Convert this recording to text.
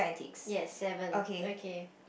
yes seven okay